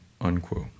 unquote